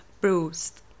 bruised